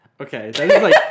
Okay